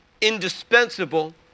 indispensable